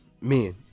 Men